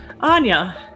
anya